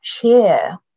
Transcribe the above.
Cheer